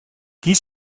dies